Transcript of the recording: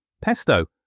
Pesto